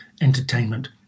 entertainment